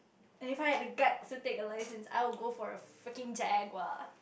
and if I had the guts to take the license I will go for a freaking Jaguar